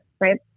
Right